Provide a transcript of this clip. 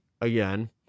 again